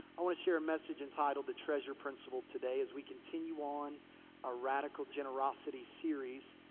i want to share a message entitled the treasure principle today as we continue on our radical generosity series.